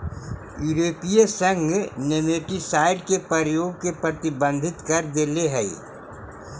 यूरोपीय संघ नेमेटीसाइड के प्रयोग के प्रतिबंधित कर देले हई